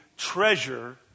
treasure